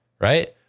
Right